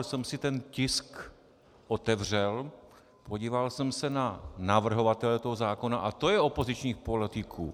Já jsem si ten tisk otevřel, podíval jsem se na navrhovatele toho zákona a to je opozičních politiků!